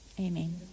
Amen